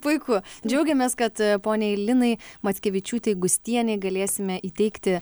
puiku džiaugiamės kad poniai linai mackevičiūtei gustienei galėsime įteikti